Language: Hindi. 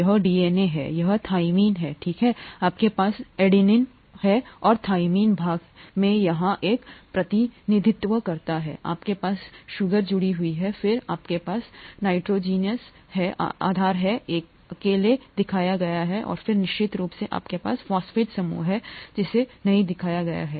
यह एडेनिन है यह थाइमिन है ठीक है आपके पास एडेनिन है और थाइमिन भाग में यहां का प्रतिनिधित्व करता है आपके पास चीनी जुड़ी हुई है फिर आपके पास नाइट्रोजन है आधार अकेले दिखाया गया है और फिर निश्चित रूप से आपके पास फॉस्फेट समूह है जिसे नहीं दिखाया गया है